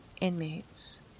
inmates